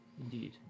Indeed